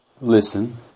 listen